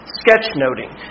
sketch-noting